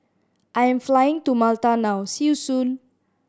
I am flying to Malta now see you soon